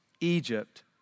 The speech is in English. Egypt